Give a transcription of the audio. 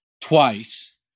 twice